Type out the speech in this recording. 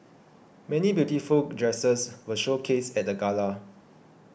many beautiful dresses were showcased at the gala